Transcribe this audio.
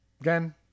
again